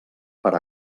per